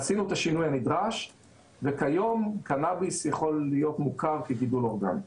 עשינו את השינוי הנדרש וכיום קנאביס יכול להיות מוכר כגידול אורגני.